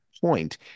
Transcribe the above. point